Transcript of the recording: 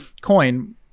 coin